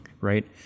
right